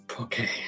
Okay